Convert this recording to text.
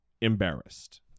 embarrassed